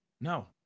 No